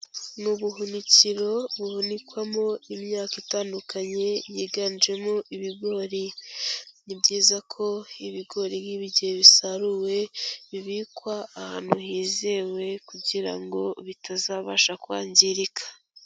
Ni ubuhunikiro bubonekwamo imyaka itandukanye yiganjemo ibigori. Ni byiza ko ibigori nk'ibi igihe bisaruwe bibikwa ahantu hizewe kugira ngo bitazabasha kwangirika.